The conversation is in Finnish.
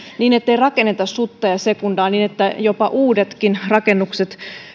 niin ettei rakenneta sutta ja sekundaa niin että jopa uudetkin rakennukset